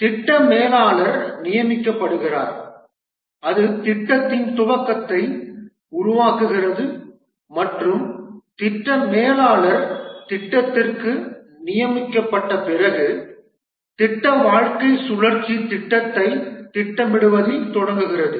திட்ட மேலாளர் நியமிக்கப்படுகிறார் அது திட்டத்தின் துவக்கத்தை உருவாக்குகிறது மற்றும் திட்ட மேலாளர் திட்டத்திற்கு நியமிக்கப்பட்ட பிறகு திட்ட வாழ்க்கை சுழற்சி திட்டத்தை திட்டமிடுவதில் தொடங்குகிறது